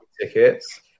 tickets